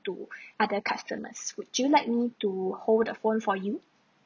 to other customers would you like me to hold the phone for you